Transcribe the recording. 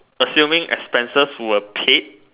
assuming expenses were paid